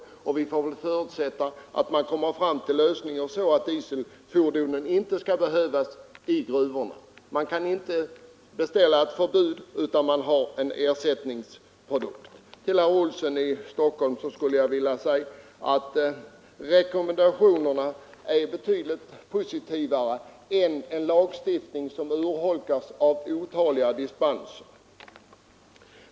Vi får väl förutsätta att man kommer fram till en lösning som innebär att dieselfordonen inte skall behöva användas i gruvorna, men det går inte att beställa ett förbud förrän det finns en ersättningsprodukt. Till herr Olsson i Stockholm skulle jag vilja säga att rekommendationerna är betydligt mera positiva än vad en lagstiftning, som urholkas av otaliga dispenser, skulle vara.